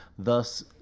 thus